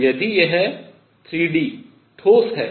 तो यदि यह 3D ठोस है